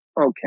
Okay